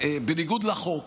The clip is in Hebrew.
בניגוד לחוק